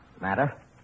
matter